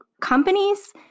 companies